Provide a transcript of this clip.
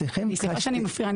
סליחה שאני מפריעה,